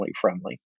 friendly